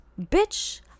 bitch